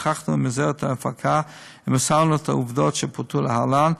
שוחחתי עם עוזרת ההפקה ומסרנו את העובדות שפורטו להלן,